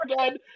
again